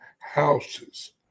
houses